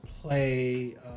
play